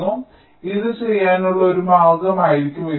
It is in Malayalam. അതിനാൽ ഇത് ചെയ്യാനുള്ള ഒരു മാർഗ്ഗമായിരിക്കാം ഇത്